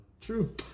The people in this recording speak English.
True